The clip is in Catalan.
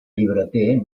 llibreter